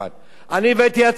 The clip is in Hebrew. אני הבאתי הצעת חוק,